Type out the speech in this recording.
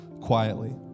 quietly